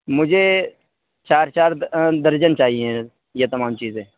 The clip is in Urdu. مجھے چار چار درجن چاہیے یہ تمام چیزیں